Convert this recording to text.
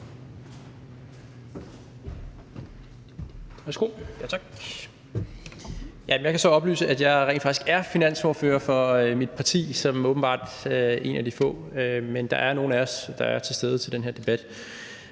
Jeg kan så oplyse, at jeg rent faktisk er finansordfører for mit parti som åbenbart en af de få. Men der er nogle af os, der er til stede til den her debat.